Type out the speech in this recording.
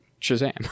Shazam